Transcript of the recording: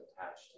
attached